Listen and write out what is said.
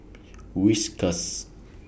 Whiskas